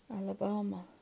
Alabama